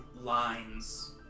lines